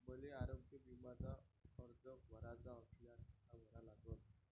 मले आरोग्य बिम्याचा अर्ज भराचा असल्यास कसा भरा लागन?